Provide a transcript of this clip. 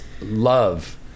love